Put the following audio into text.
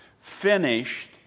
finished